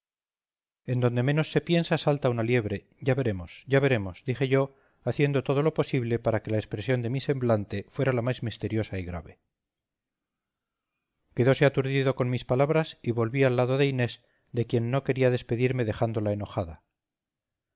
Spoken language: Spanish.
en donde menos se piensa salta una liebre ya veremos ya veremos dije yo haciendo todo lo posible para que la expresión de mi semblante fuera la más misteriosa y grave quedóse aturdido con mis palabras y volví al lado de inés de quien no quería despedirme dejándola enojada